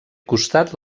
costat